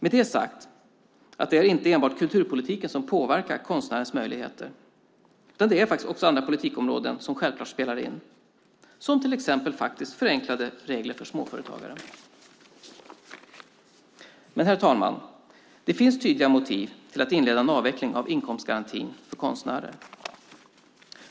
Det är inte enbart kulturpolitiken som påverkar konstnärers möjligheter, utan även andra politikområden spelar självklart in. Det gäller till exempel förenklade regler för småföretagare. Herr talman! Det finns tydliga motiv för att inleda en avveckling av inkomstgarantin för konstnärer.